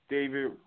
David